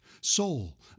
soul